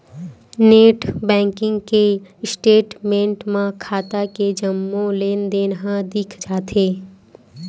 net banking के statement म खाता के जम्मो लेनदेन ह दिख जाथे